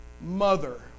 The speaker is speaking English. mother